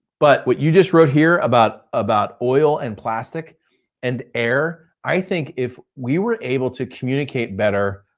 but what you just wrote here about about oil and plastic and air, i think if we were able to communicate better,